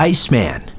Iceman